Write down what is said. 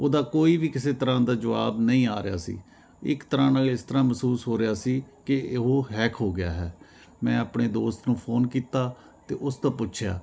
ਉਹਦਾ ਕੋਈ ਵੀ ਕਿਸੇ ਤਰ੍ਹਾਂ ਦਾ ਜਵਾਬ ਨਹੀਂ ਆ ਰਿਹਾ ਸੀ ਇੱਕ ਤਰ੍ਹਾਂ ਨਾਲ ਇਸ ਤਰ੍ਹਾਂ ਮਹਿਸੂਸ ਹੋ ਰਿਹਾ ਸੀ ਕਿ ਉਹ ਹੈਕ ਹੋ ਗਿਆ ਹੈ ਮੈਂ ਆਪਣੇ ਦੋਸਤ ਨੂੰ ਫੋਨ ਕੀਤਾ ਅਤੇ ਉਸ ਤੋਂ ਪੁੱਛਿਆ